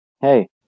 Hey